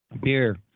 Beer